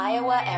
Iowa